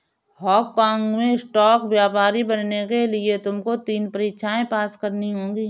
Hong काँग में stock व्यापारी बनने के लिए तुमको तीन परीक्षाएं पास करनी होंगी